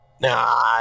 Nah